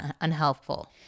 unhelpful